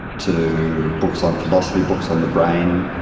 to books on philosophy, books on the brain.